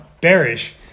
bearish